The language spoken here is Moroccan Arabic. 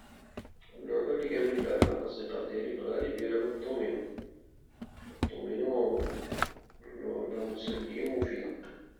اللعبة لي كيعجبني نلعب مع الأصدقاء ديالي هي لعبة الدومينو - الدومينو لعبة مسلية ومفيدة.